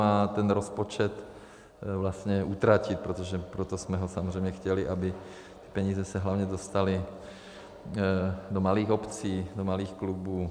A ten rozpočet vlastně utratit, protože proto jsme ho samozřejmě chtěli, aby peníze se hlavně dostaly do malých obcí, do malých klubů.